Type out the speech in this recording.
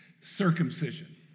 circumcision